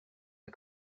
est